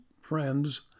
friends